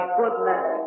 goodness